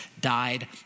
died